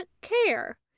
care